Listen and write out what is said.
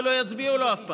ולא יצביעו לו אף פעם,